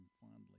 fondly